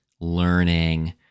learning